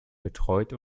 betreut